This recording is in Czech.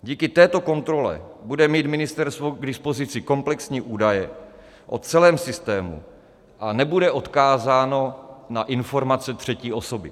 Díky této kontrole bude mít ministerstvo k dispozici komplexní údaje o celém systému a nebude odkázáno na informace třetí osoby.